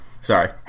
Sorry